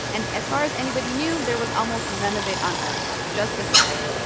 and as far as anybody knew, there was almost none of it on earth just the sun.